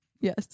yes